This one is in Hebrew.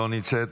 לא נמצאת.